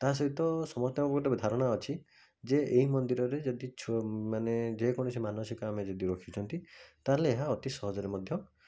ତା ସହିତ ସମସ୍ତଙ୍କର ଗୋଟେ ବି ଧାରଣା ଅଛି ଯେ ଏହି ମନ୍ଦିର ରେ ଯଦି ମାନେ ଯେକୌଣସି ମାନସିକ ଆମେ ଯଦି ରଖିଛନ୍ତି ତାହେଲେ ଏହା ଅତି ସହଜରେ ମଧ୍ୟ